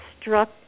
struck